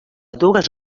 dues